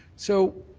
so